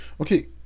Okay